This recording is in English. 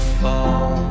fall